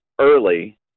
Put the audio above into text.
early